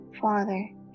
Father